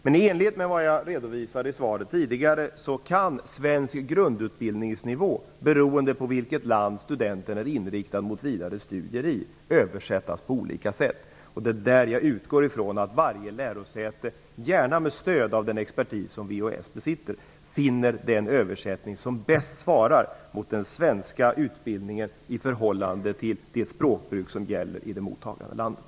Men i enlighet med det jag redovisade i svaret tidigare kan svensk grundutbildningsnivå, beroende på vilket land studenten är inriktad på att bedriva vidare studier i, översättas på olika sätt. Det är där jag utgår från att varje lärosäte, gärna med stöd av den expertis som VHS besitter, finner den översättning som bäst svarar mot den svenska utbildningen i förhållande till det språkbruk som gäller i det mottagande landet.